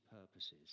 purposes